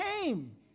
came